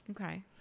Okay